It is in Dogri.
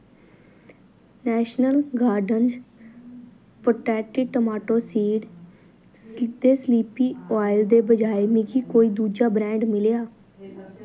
national gardens potted tomato seed दे स्लीपी आउल दे बजाए मिगी कोई दूजा ब्रांड मिलेआ